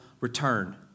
return